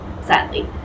sadly